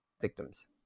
victims